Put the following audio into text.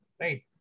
right